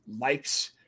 likes